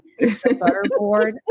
Butterboard